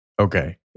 Okay